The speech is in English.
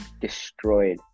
destroyed